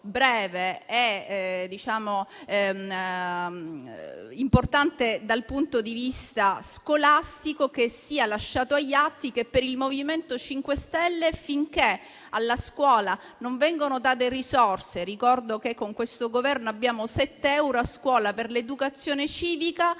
e importante dal punto di vista scolastico, vorrei che fosse lasciato agli atti che per il MoVimento 5 Stelle, finché alla scuola non vengono date risorse - ricordo che con questo Governo vengono dati 7 euro a scuola per l'educazione civica